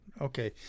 Okay